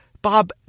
Bob